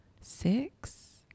six